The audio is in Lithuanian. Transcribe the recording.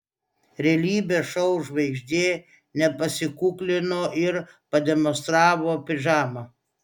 realybės šou žvaigždė nepasikuklino ir pademonstravo pižamą